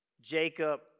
Jacob